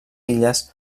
illes